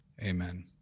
Amen